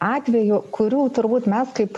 atvejų kurių turbūt mes kaip